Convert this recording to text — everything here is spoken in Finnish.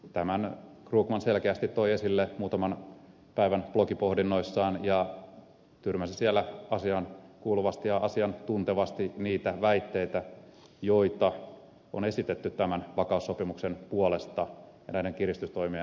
tämän krugman selkeästi toi esille muutaman päivän blogipohdinnoissaan ja tyrmäsi siellä asiaankuuluvasti ja asiantuntevasti niitä väitteitä joita on esitetty tämän vakaussopimuksen puolesta ja näiden kiristystoimien puolesta